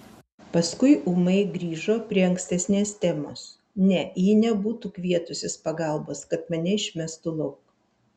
paskui ūmai grįžo prie ankstesnės temos ne ji nebūtų kvietusis pagalbos kad mane išmestų lauk